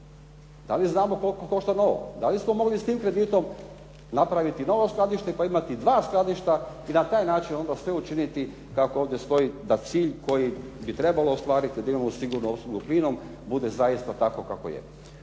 Da li znamo koliko košta …/Govornik se ne razumije./…? Da li smo mogli sa tim kreditom napraviti novo skladište pa imati dva skladišta i na taj način onda sve učiniti kako ovdje stoji da cilj koji bi trebalo ostvariti da imamo sigurnu opskrbu plinom bude zaista takva kakva je?